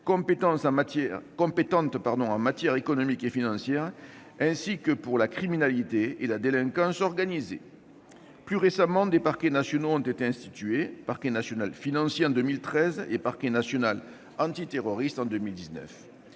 compétentes en matière économique et financière ainsi que pour la criminalité et la délinquance organisées. Plus récemment, des parquets nationaux ont été institués : parquet national financier en 2013 et parquet national antiterroriste en 2019.